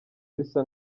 bisa